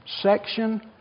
section